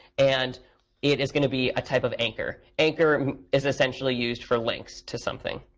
and it is going to be a type of anchor. anchor is essentially used for links to something.